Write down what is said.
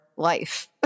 Life